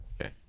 Okay